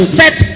set